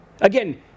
Again